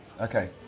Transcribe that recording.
Okay